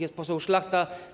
Jest poseł Szlachta.